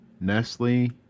Nestle